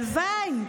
הלוואי.